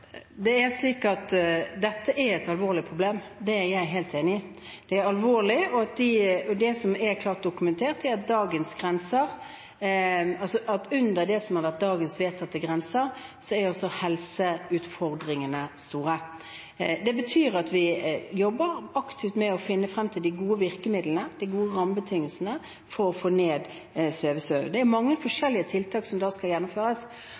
Dette er et alvorlig problem – det er jeg helt enig i. Det er alvorlig. Det som er klart dokumentert, er at helseutfordringene er store også under det som har vært dagens vedtatte grenser. Det betyr at vi jobber aktivt med å finne frem til de gode virkemidlene, de gode rammebetingelsene, for å få ned svevestøvet. Det er mange forskjellige tiltak som skal gjennomføres,